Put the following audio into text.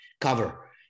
cover